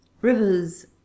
rivers